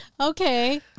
Okay